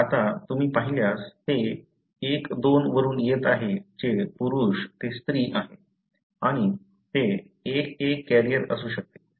आता तुम्ही पाहिल्यास ते I 2 वरून येत आहे जे पुरुष ते स्त्री आहे आणि ते I 1 कॅरियर असू शकते